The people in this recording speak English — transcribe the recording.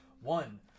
One